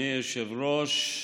אדוני היושב-ראש,